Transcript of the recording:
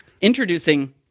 Introducing